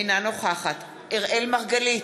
אינה נוכחת אראל מרגלית,